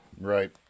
Right